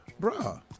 bruh